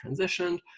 transitioned